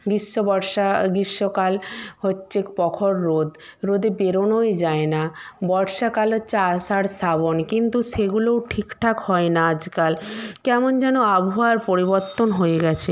গীষ্ম বর্ষা গীষ্মকাল হচ্ছে প্রখর রোদ রোদে বেরনোই যায় না বর্ষাকাল হচ্চে আষাঢ় শ্রাবণ কিন্তু সেগুলোও ঠিক ঠাক হয় না আজকাল কেমন যেন আবহাওয়ার পরিবর্তন হয়ে গেছে